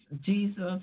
Jesus